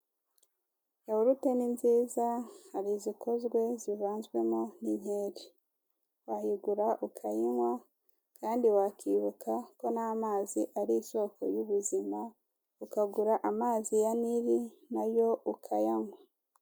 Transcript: Yahurute ni nziza, hari izikozwe zivanzwemo n'inkeri. Wayigura ukayinywa, kandi wakibuka ko n'amazi ari isoko y'ubuzima, ukagura amazi ya Nili, na yo ukayanywa.